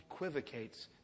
equivocates